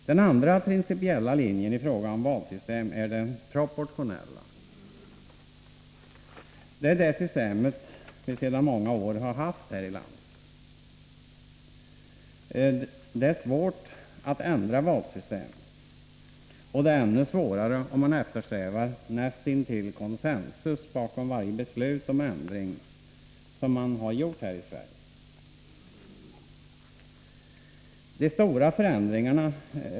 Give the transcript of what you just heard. Den andra principiella linjen i fråga om valsystem är det proportionella. Det är det system vi sedan många år har här i landet. Det är svårt att ändra valsystem, och det är ännu svårare om man eftersträvar näst intill koncensus bakom varje beslut om ändring, som man har gjort i Sverige.